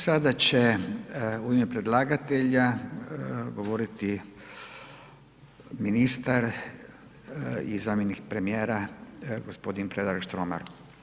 Sada će u ime predlagatelja govoriti ministar i zamjenik premijera, gospoidn Predrag Štromar.